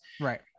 Right